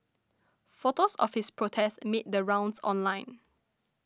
photos of his protests made the rounds online